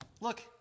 look